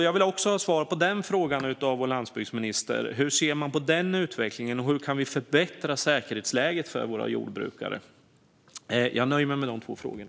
Jag vill också ha svar på denna fråga av vår landsbygdsminister: Hur ser man på den här utvecklingen, och hur kan vi förbättra säkerhetsläget för våra jordbrukare? Jag nöjer mig med de två frågorna.